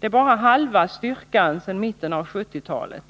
Det är bara halva styrkan mot i mitten av 1970-talet.